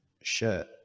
shirt